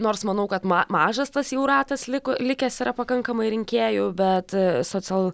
nors manau kad ma mažas tas jau ratas liko likęs yra pakankamai rinkėjų bet social